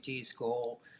school